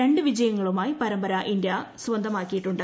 രണ്ട് വിജയങ്ങളുമായി പരമ്പര ഇന്ത്യ സ്വന്തമാക്കിയിട്ടുണ്ട്